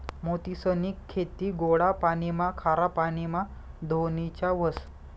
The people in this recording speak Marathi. मोतीसनी खेती गोडा पाणीमा, खारा पाणीमा धोनीच्या व्हस